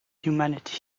humanity